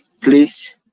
please